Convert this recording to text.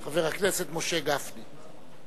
חבר הכנסת משה גפני.